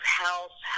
health